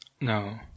No